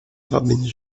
ramènent